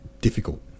difficult